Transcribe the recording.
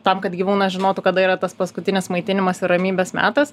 tam kad gyvūnas žinotų kada yra tas paskutinis maitinimas ir ramybės metas